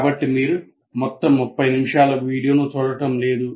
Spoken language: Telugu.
కాబట్టి మీరు మొత్తం 30 నిమిషాల వీడియోను చూడటం లేదు